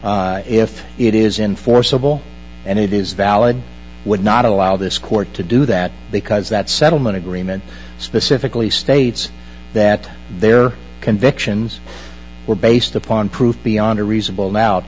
agreement if it is enforceable and it is valid would not allow this court to do that because that settlement agreement specifically states that their convictions were based upon proof beyond a reasonable